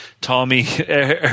Tommy –